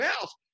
else